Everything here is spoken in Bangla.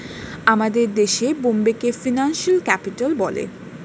আমাদের দেশে বোম্বেকে ফিনান্সিয়াল ক্যাপিটাল বলে